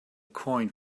coin